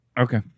Okay